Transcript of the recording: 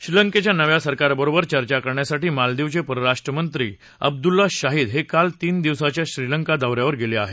श्रीलंकेच्या नव्या सरकारबरोबर चर्चा करण्यासाठी मालदीवचे परराष्ट्रमंत्री अब्दुल्ला शाहिद हे काल तीन दिवसाघ्या श्रीलंका दौऱ्यावर गेले आहेत